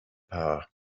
power